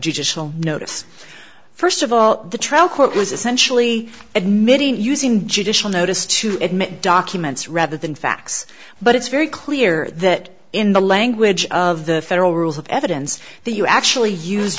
judicial notice first of all the trial court was essentially admitting using judicial notice to admit documents rather than facts but it's very clear that in the language of the federal rules of evidence that you actually use